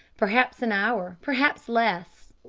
perhaps an hour perhaps less.